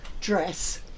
dress